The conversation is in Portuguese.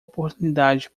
oportunidade